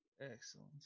Excellent